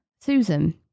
Susan